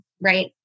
right